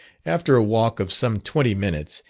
after a walk of some twenty minutes,